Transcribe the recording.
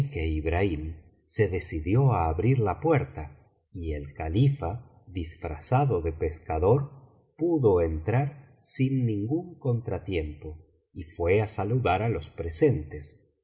se decidió á abrir la puerta y el califa disfrazado de pescador pudo entrar sin ningún contratiempo y fué á saludar á los presentes